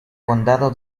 condado